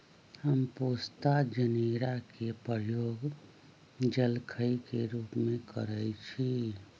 हम पोस्ता जनेरा के प्रयोग जलखइ के रूप में करइछि